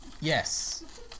Yes